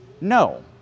No